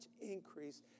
increase